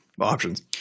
options